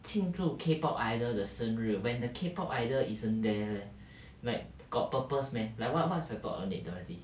庆祝 K pop idol 的生日 when the K pop idol isn't there like got purpose meh like what what's your thought on it dorothy